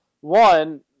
One